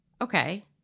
Okay